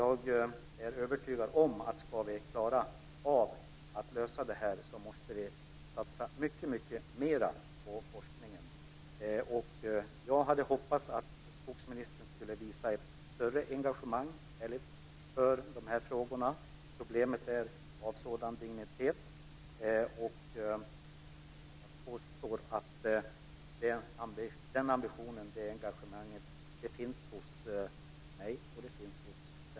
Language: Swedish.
Ska vi klara av att lösa det här är jag övertygad om att vi måste satsa mycket mera på forskning. Jag hade hoppats att skogsministern skulle ha visat ett större engagemang för dessa frågor eftersom problemet är av en sådan dignitet. Jag påstår att den ambitionen och det engagemanget finns hos mig och Centerpartiet.